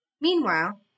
Meanwhile